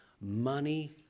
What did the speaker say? money